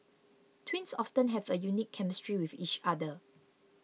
twins often have a unique chemistry with each other